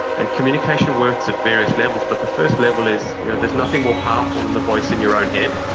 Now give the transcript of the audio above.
and communication works at various levels, but the first level is there's nothing more powerful than the voice in your own head.